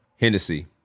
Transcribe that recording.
Hennessy